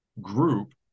group